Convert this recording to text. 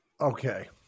Okay